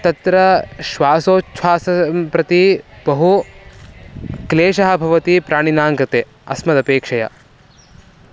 तत्र श्वासोछ्वासं प्रति बहु क्लेशः भवति प्राणिनाङ्कृते अस्मदपेक्षया